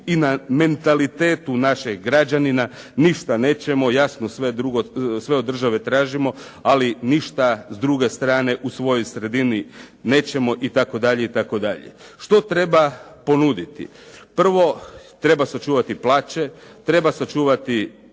i na mentalitetu naših građanina, ništa nećemo jasno sve od države tražimo, ali ništa s druge strane u svojoj sredini nećemo itd. Što treba ponuditi? Prvo treba sačuvati plaće, treba sačuvati